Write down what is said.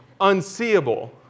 unseeable